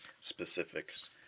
specifics